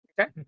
Okay